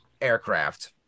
aircraft